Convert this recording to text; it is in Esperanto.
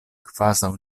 kvazaŭ